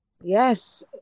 Yes